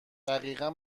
دقیقا